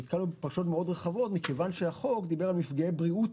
אנחנו נתקלנו בפרשנויות מאוד רחבות כיוון שהחוק דיבר על מפגעי בריאות